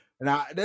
Now